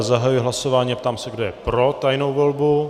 Zahajuji hlasování a ptám se, kdo je pro tajnou volbu.